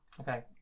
Okay